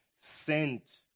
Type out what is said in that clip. sent